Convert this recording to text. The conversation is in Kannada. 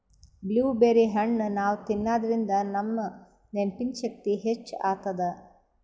ಬ್ಲೂಬೆರ್ರಿ ಹಣ್ಣ್ ನಾವ್ ತಿನ್ನಾದ್ರಿನ್ದ ನಮ್ ನೆನ್ಪಿನ್ ಶಕ್ತಿ ಹೆಚ್ಚ್ ಆತದ್